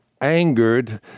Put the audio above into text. angered